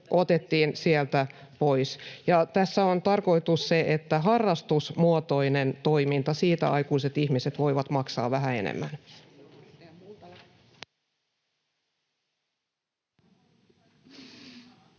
otettiin sieltä pois. Ja tässä on tarkoitus se, että harrastusmuotoisesta toiminnasta aikuiset ihmiset voivat maksaa vähän enemmän. [Speech